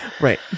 Right